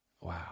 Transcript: wow